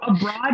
abroad